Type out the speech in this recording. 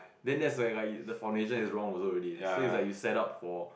then that's like the foundation is wrong also already so it's like you set up for